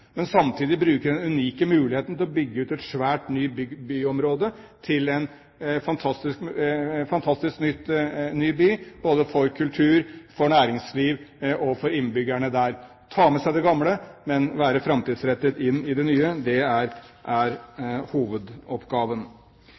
men samtidig bruke den unike muligheten til å bygge ut et svært byområde til en fantastisk ny by både for kultur, for næringsliv og for innbyggerne der. Man skal ta med seg det gamle, men samtidig være framtidsrettet inn i det nye. Det er hovedoppgaven. Det er